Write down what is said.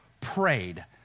prayed